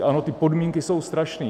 Ano, ty podmínky jsou strašný.